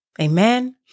Amen